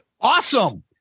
Awesome